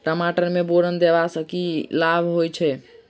टमाटर मे बोरन देबा सँ की लाभ होइ छैय?